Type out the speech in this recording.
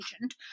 agent